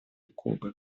кубы